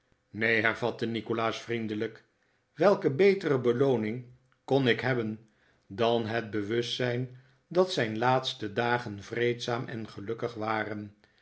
neen hervatte nikolaas vriendelijk welke betere belooning kon ik hebben dan het bewustzijn dat zijn laatste dagen vreedzaam en gelukkig waren